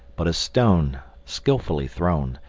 but a stone, skilfully thrown,